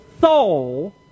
soul